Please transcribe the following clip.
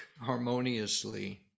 harmoniously